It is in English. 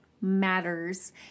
matters